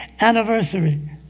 anniversary